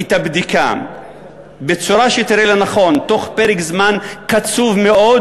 את הבדיקה בצורה שתראה לנכון בתוך פרק זמן קצוב מאוד,